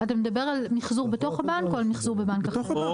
אתה מתכוון על מחזור בתוך הבנק או על מחזור בבנק אחר?